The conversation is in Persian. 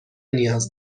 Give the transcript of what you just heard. نیاز